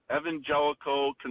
evangelical